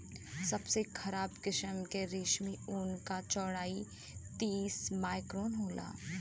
सबसे खराब किसिम के कश्मीरी ऊन क चौड़ाई तीस माइक्रोन होला